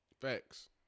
Facts